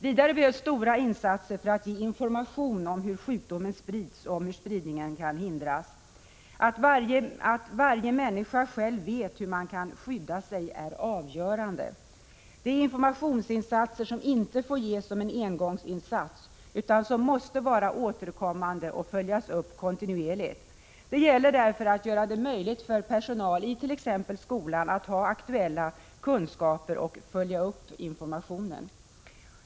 Vidare behövs stora insatser för att ge information om hur sjukdomen sprids och hur spridningen kan hindras. Att varje människa själv vet hur man kan skydda sig är avgörande. Det är informationsinsatser som inte får sättas in som engångsinsats utan som måste vara återkommande och följas upp kontinuerligt. Det gäller därför att göra det möjligt för personalit.ex. skolan att ha aktuella kunskaper och följa upp informationen.